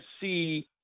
see